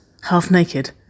half-naked